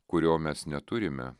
kurio mes neturime